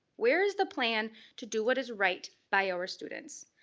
where is the plan to do what is right by our students?